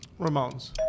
Ramones